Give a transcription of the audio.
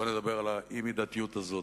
לא נדבר על האי-מידתיות הזאת.